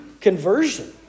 conversion